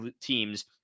teams